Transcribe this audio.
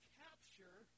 capture